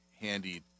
handy